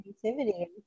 creativity